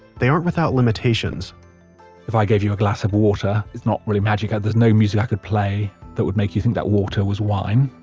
they aren't without limitations if i gave you a glass of water it's not really magic. there's no music i could play that would make you think that water was wine,